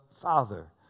Father